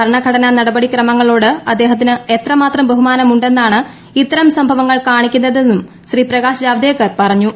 ഭരണഘടനാ നടപടിക്രമങ്ങളോട് അദ്ദേഹത്തിന് എത്രമാത്രം ബഹുമാനമുണ്ടെന്നാണ് ഇത്തരം സംഭവങ്ങൾ കാണിക്കുന്നതെന്നും ശ്രീ പ്രകാശ് ജാവദേക്കിർ പറഞ്ഞു